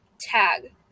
tag